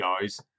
guys